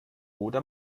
oder